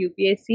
upsc